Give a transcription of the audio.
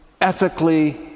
ethically